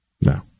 No